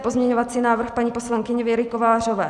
Pozměňovací návrh paní poslankyně Věry Kovářové C.